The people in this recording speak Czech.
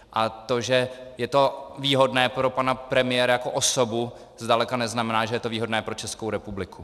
A to, že je to výhodné pro pana premiéra jako osobu, zdaleka neznamená, že je to výhodné pro Českou republiku.